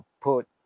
put